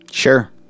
sure